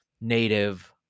native